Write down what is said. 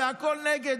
והכול נגד,